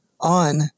on